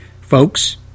folks